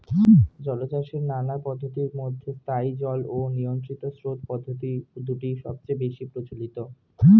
জলচাষের নানা পদ্ধতির মধ্যে স্থায়ী জল ও নিয়ন্ত্রিত স্রোত পদ্ধতি দুটি সবচেয়ে বেশি প্রচলিত